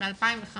ב-2015